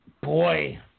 Boy